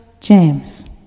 James